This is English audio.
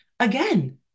Again